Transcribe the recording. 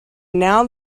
now